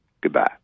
goodbye